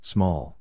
Small